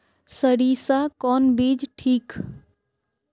सरीसा कौन बीज ठिक?